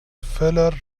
feller